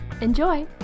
Enjoy